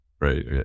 right